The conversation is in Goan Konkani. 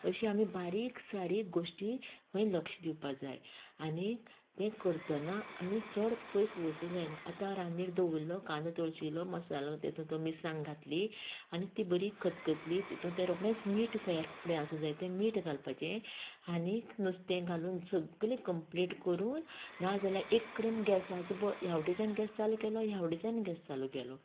अशी आमी बारीक सारीक गोश्टी हय लक्ष दिवपाक जाय आनी तें करतना आमी चड पयस वचूंक जायना आता रांदनीर दवरलां कांदो तळशीलो मसालो तेतूंत तो मिरसांग घातली आनी ती बरी खतखतली तितूंत तें रोखडेंच मीठ तयार फुडें आसूंक जाय तें मीठ घालपाचें आनीक नुस्तें घालून सगळीं कमप्लीट करून नाजाल्यार एक कडेन गॅसाची पळ ह्या वटेच्यान गॅस चालू केलो ह्या वटेच्यान गॅस चालू केलो